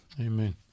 Amen